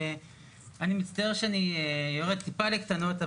אני מצטער שאני יורד טיפה לקטנות,